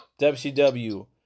WCW